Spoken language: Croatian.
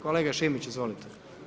Kolega Šimić, izvolite.